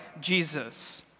Jesus